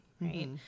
right